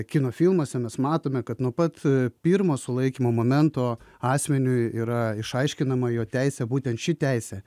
kino filmuose mes matome kad nuo pat pirmo sulaikymo momento asmeniui yra išaiškinama jo teisė būtent ši teisė